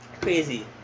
Crazy